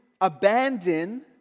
abandon